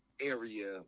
area